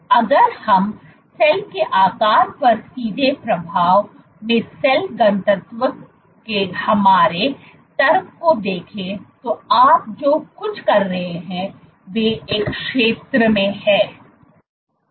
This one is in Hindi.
अगर हम सेल के आकार पर सीधे प्रभाव में सेल घनत्व के हमारे तर्क को देखें तो आप जो कुछ कर रहे हैं वे एक क्षेत्र में है